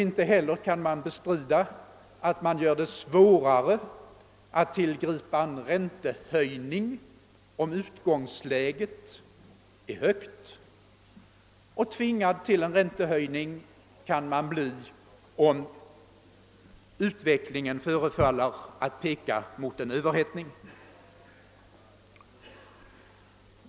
Inte heller kan bestridas att det är svårare att tillgripa en räntehöjning om utgångsläget är högt. Tvingad till en räntehöjning kan man bli om utvecklingen förefaller att peka mot en överhettning.